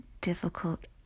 difficult